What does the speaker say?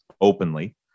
openly